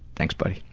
thanks, buddy.